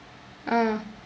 ah